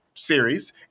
Series